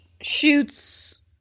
shoots